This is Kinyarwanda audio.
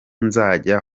nzajya